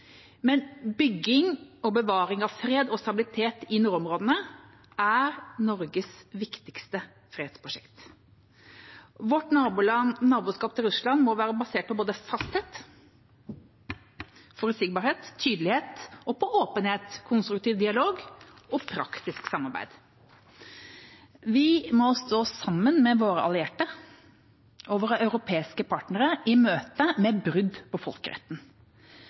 men bygging og bevaring av fred og stabilitet i nordområdene er Norges viktigste fredsprosjekt. Vårt naboskap til Russland må være basert på både fasthet, forutsigbarhet, tydelighet, åpenhet, konstruktiv dialog og praktisk samarbeid. Vi må stå sammen med våre allierte og våre europeiske partnere i møte med brudd på folkeretten,